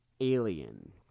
alien